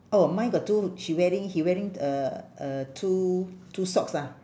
oh mine got two she wearing he wearing uh uh two two socks ah